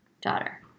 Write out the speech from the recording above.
daughter